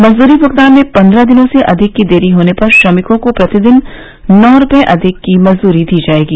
मजदूरी भुगतान में पन्द्रह दिनों से अधिक की देरी होने पर श्रमिकों को प्रतिदिन नौ रूपये अधिक की मजदूरी दी जायेगी